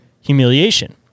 humiliation